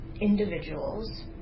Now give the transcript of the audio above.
individuals